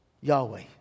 Yahweh